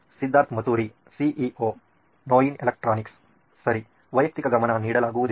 Siddharth Mathuri CEO ನೋಯಿನ್ electronics ಸರಿ ವೈಯಕ್ತಿಕ ಗಮನ ನೀಡಲಾಗುವುದಿಲ್ಲ